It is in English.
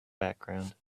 background